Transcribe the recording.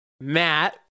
Matt